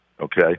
okay